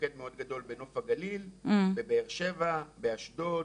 מוקד מאוד גדול בנוף הגליל, בבאר שבע, באשדוד,